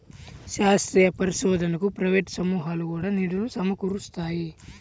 శాస్త్రీయ పరిశోధనకు ప్రైవేట్ సమూహాలు కూడా నిధులు సమకూరుస్తాయి